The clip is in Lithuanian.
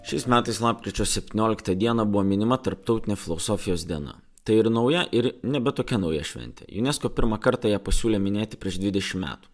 šiais metais lapkričio septynioliktą dieną buvo minima tarptautinė filosofijos diena tai ir nauja ir nebe tokia nauja šventė unesco pirmą kartą ją pasiūlė minėti prieš dvidešim metų